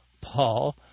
Paul